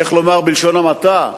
איך לומר בלשון המעטה,